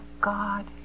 God